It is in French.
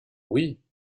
oui